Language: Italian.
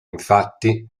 infatti